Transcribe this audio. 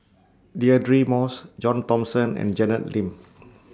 Deirdre Moss John Thomson and Janet Lim